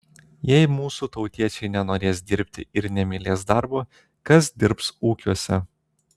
jei mūsų tautiečiai nenorės dirbti ir nemylės darbo kas dirbs ūkiuose